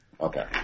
Okay